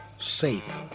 safe